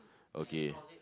okay